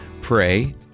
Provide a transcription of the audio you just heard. pray